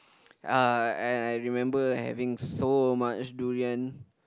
uh and I remember having so much durian